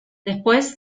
después